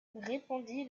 répondit